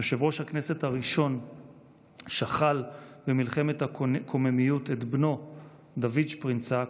יושב-ראש הכנסת הראשון שכל במלחמת הקוממיות את בנו דוד שפרינצק,